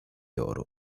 oro